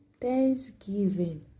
thanksgiving